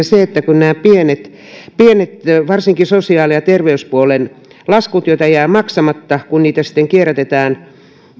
se kun nämä pienet varsinkin sosiaali ja terveyspuolen laskutyöt jäävät maksamatta kun niitä sitten kierrätetään